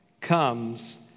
comes